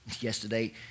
Yesterday